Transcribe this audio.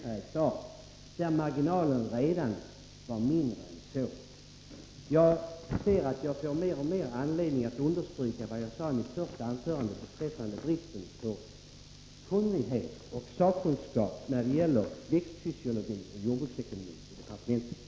per hektar, trots att marginalen redan är mindre än så. Jag finner att jag får allt större anledning att understryka vad jag sade i mitt första anförande beträffande bristen på kunnighet och sakkunskap inom jordbruket när det gäller växtfysiologi och jordbruksekonomi.